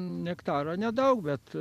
nektaro nedaug bet